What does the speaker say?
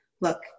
look